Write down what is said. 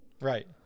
right